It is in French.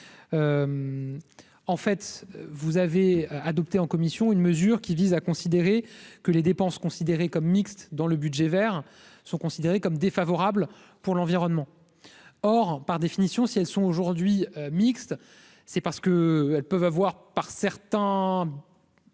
en fait vous avez adopté en commission, une mesure qui vise à considérer que les dépenses considérées comme mixte dans le budget sont considérés comme défavorables pour l'environnement, or, par définition, si elles sont aujourd'hui mixte, c'est parce que elles peuvent avoir, par certains.